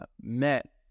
met